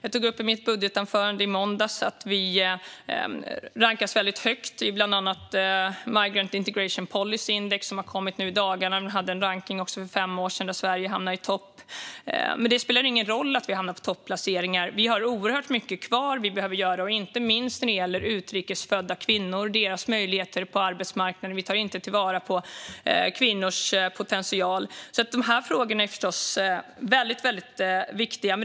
I mitt budgetanförande i måndags tog jag upp att vi rankas väldigt högt i bland annat Migrant Integration Policy Index, som har kommit nu i dagarna. De hade en rankning även för fem år sedan, och då hamnade Sverige i topp. Men det spelar ju ingen roll att vi får topplaceringar, för vi har oerhört mycket kvar att göra. Det gäller inte minst utrikes födda kvinnor och deras möjligheter på arbetsmarknaden; vi tar inte till vara kvinnors potential. Dessa frågor är alltså väldigt viktiga.